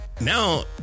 Now